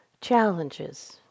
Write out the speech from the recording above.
challenges